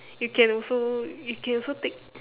you can also you can also take